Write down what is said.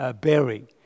Bearing